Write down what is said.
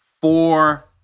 four